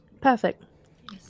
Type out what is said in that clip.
Perfect